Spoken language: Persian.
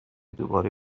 دوباره